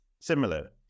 similar